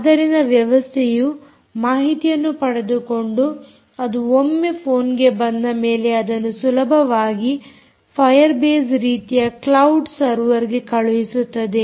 ಆದ್ದರಿಂದ ವ್ಯವಸ್ಥೆಯು ಮಾಹಿತಿಯನ್ನು ಪಡೆದುಕೊಂಡು ಅದು ಒಮ್ಮೆ ಫೋನ್ಗೆ ಬಂದ ಮೇಲೆ ಅದನ್ನು ಸುಲಭವಾಗಿ ಫಾಯರ್ ಬೇಸ್ ರೀತಿಯ ಕ್ಲೌಡ್ ಸರ್ವರ್ಗೆ ಕಳುಹಿಸುತ್ತದೆ